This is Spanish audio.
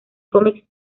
cómics